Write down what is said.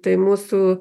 tai mūsų